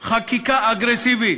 חקיקה אגרסיבית